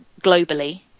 globally